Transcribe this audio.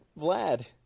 Vlad